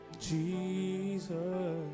jesus